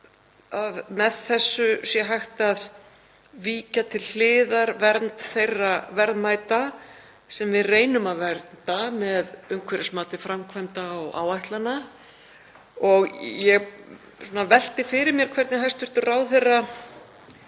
með þessu sé hægt að víkja til hliðar vernd þeirra verðmæta sem við reynum að vernda með umhverfismati framkvæmda og áætlana. Ég velti fyrir mér hvernig hæstv. ráðherra